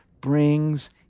brings